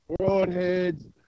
broadheads